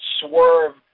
swerve